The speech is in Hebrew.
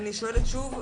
אני שואלת שוב,